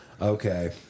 Okay